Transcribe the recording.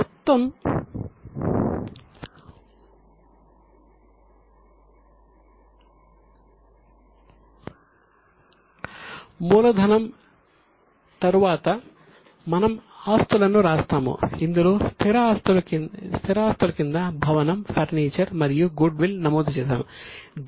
మొత్తం మూలధనం అయిన తరువాత మనం ఆస్తులను రాస్తాము ఇందులో స్థిర ఆస్తులు కింద భవనం ఫర్నిచర్ మరియు గుడ్ విల్ నమోదు చేశాము